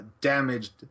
damaged